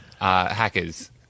Hackers